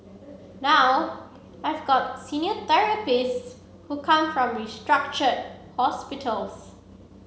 now I've got senior therapists who come from restructured hospitals